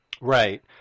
Right